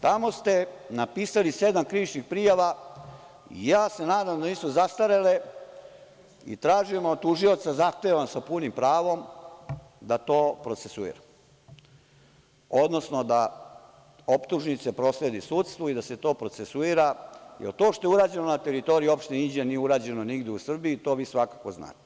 Tamo ste napisali sedam krivičnih prijava, ja se nadam da nisu zastarele i tražim od tužioca, zahtevam sa punim pravom da to procesuira, odnosno da optužnice prosledi sudstvu i da se to procesuira, jer to što je urađeno na teritoriji opštine Inđija nije urađeno nigde u Srbiji, to vi svakako znate.